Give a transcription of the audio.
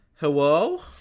Hello